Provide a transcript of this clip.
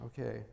Okay